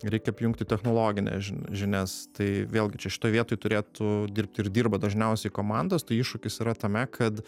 reikia apjungti technologines žin žinias tai vėlgi čia šitoj vietoj turėtų dirbti ir dirba dažniausiai komandos tai iššūkis yra tame kad